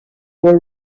were